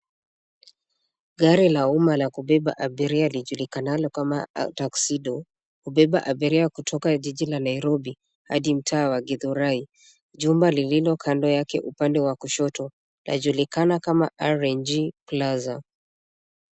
Gari la umma la kubeba abiria lijulikanalo kama Tuxedo .Hubeba abiria kutoka jiji la Nairobi hadi mtaa wa githurai. Jumba lililo kando yake upande wa kushoto , lajulikana kama RNG Plaza.